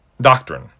doctrine